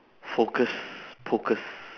focus pocus